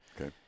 okay